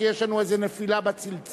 כי יש לנו איזו נפילה בצלצול,